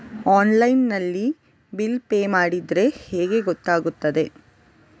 Online ನಲ್ಲಿ bill pay ಮಾಡಿದ್ರೆ ಹೇಗೆ ಗೊತ್ತಾಗುತ್ತದೆ?